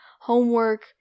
homework